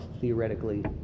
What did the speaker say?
theoretically